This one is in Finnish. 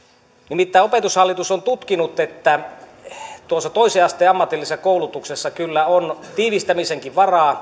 nimittäin opetushallitus on tutkinut että toisen asteen ammatillisessa koulutuksessa kyllä on tiivistämisenkin varaa